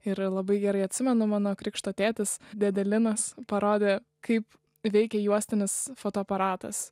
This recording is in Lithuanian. ir labai gerai atsimenu mano krikšto tėtis dėdė linas parodė kaip veikia juostinis fotoaparatas